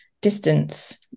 distance